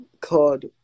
called